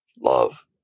Love